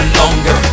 longer